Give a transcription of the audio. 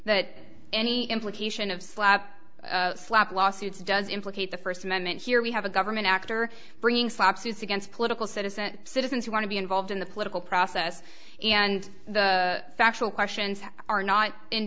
that any implication of slap slap lawsuits does implicate the first amendment here we have a government actor bringing slop suits against political citizens citizens who want to be involved in the political process and the factual questions are not in